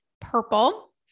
purple